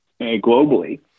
globally